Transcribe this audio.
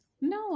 No